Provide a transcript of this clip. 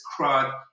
crud